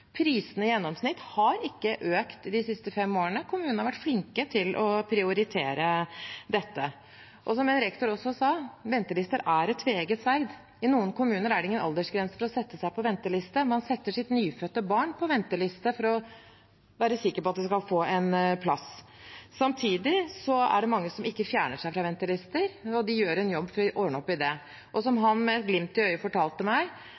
Prisene i gjennomsnitt har ikke økt de siste fem årene. Kommunene har vært flinke til å prioritere dette. Som en rektor også sa: Ventelister er et tveegget sverd. I noen kommuner er det ingen aldersgrense for å sette seg på venteliste. Man setter sitt nyfødte barn på venteliste for å være sikker på at det skal få en plass. Samtidig er det mange som ikke fjerner seg fra ventelister. Man gjør en jobb for å ordne opp i det. Som han, med glimt i øyet, fortalte meg: